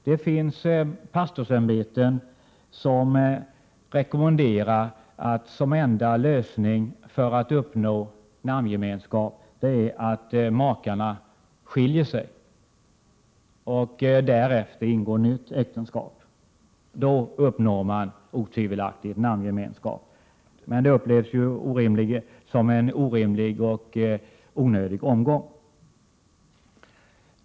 Det finns pastorsämbeten vilka som enda lösning för att uppnå namngemenskap rekommenderar att makarna skiljer sig och därefter ingår nytt äktenskap. Då uppnår man otvivelaktigt namngemenskap, men det upplevs som en orimlig och onödig omgång.